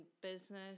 business